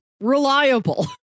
Reliable